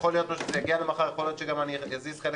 יכול להיות שזה יגיע למחר ויכול להיות שאני גם אזיז חלק